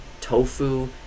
tofu